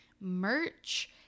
merch